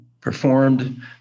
performed